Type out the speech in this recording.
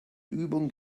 übung